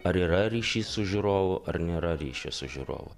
ar yra ryšys su žiūrovu ar nėra ryšio su žiūrovu